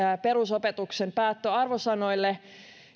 perusopetuksen päättöarvosanoille